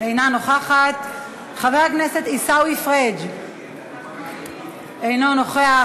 אינה נוכחת, חבר הכנסת עיסאווי פריג' אינו נוכח.